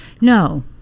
no